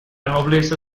nobleza